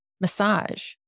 massage